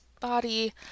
body